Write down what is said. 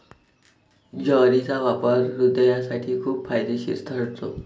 ज्वारीचा वापर हृदयासाठी खूप फायदेशीर ठरतो